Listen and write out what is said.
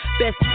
Best